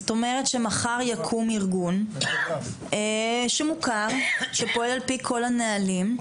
זאת אומרת שמחר יקום ארגון שמוכר שפועל על פי כל הנהלים,